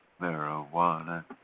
Marijuana